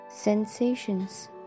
Sensations